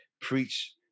preach